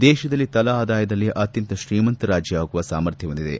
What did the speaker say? ದೇಶದಲ್ಲಿ ತಲಾ ಆದಾಯದಲ್ಲಿ ಅತ್ಯಂತ ಶ್ರೀಮಂತ ರಾಜ್ಯವಾಗುವ ಸಾಮರ್ಥ್ಲ ಹೊಂದಿದೆ